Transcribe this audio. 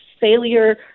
failure